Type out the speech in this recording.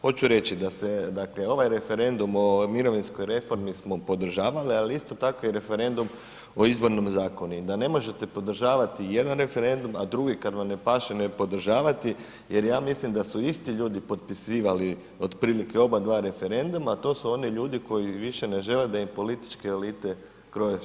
Hoću reći da se ovaj referendum o mirovinskoj reformi smo podržavali ali isto tako i referendum o Izbornom zakonu i da ne možete podržavati jedan referendum a drugi kad vam ne paše ne podržavati jer ja mislim da su isti ljudi potpisivali otprilike oba dva referenduma a to su oni ljudi koji više ne žele da im političke elite kroje sudbinu.